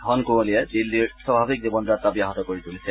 ঘন কুঁৱলীয়ে দিল্লীৰ স্বাভাৱিক জীৱনযাত্ৰা ব্যাহত কৰি তুলিছে